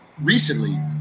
recently